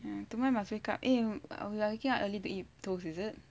tomorrow I must wake up eh we are waking up early to eat toast is it